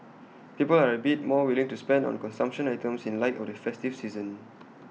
people are A bit more willing to spend on consumption items in light of the festive season